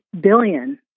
billion